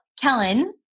Kellen